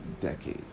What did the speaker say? decade